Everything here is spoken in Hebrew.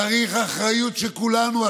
צריך אחריות של כולנו.